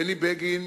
בני בגין